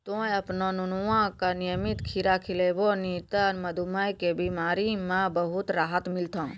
तोहॅ आपनो नुनुआ का नियमित खीरा खिलैभो नी त मधुमेह के बिमारी म बहुत राहत मिलथौं